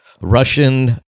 Russian